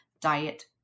diet